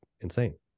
insane